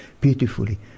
Beautifully